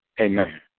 Amen